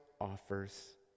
offers